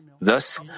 Thus